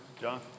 John